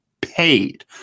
paid